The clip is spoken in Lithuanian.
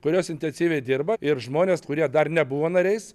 kurios intensyviai dirba ir žmonės kurie dar nebuvo nariais